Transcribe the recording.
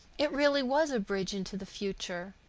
it really was a bridge into the future.